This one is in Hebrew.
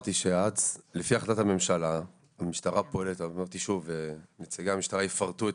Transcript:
אמרתי שלפי החלטת ממשלה המשטרה פועלת נציגי המשטרה יפרטו את